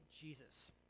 Jesus